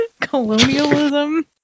Colonialism